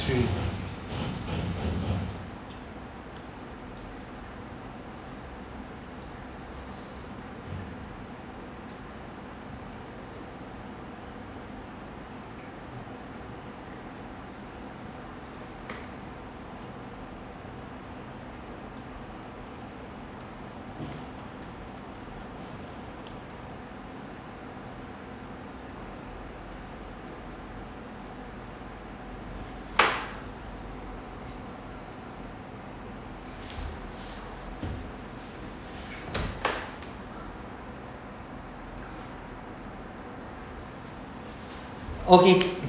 three okay